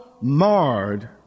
marred